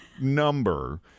number